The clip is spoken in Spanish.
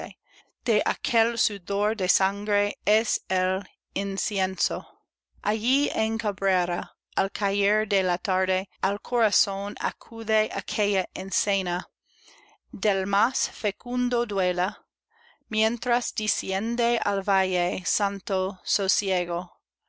de aquel sudor de sangre es el incienso allí en cabrera al caer de la tarde al corazón acude aquella escena del más fecundo duelo mientras desciende al valle santo sosiego